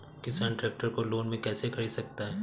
किसान ट्रैक्टर को लोन में कैसे ख़रीद सकता है?